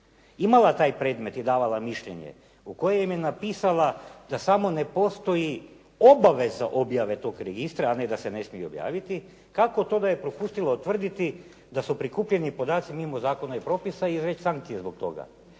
imala taj predmet i davala mišljenje u kojem je napisala da samo ne postoji obaveza objave tog registra, a ne da se ne smije i objaviti, kako to da je propustilo tvrditi da su prikupljeni podaci mimo zakona i propisa i odrediti sankcije protiv toga.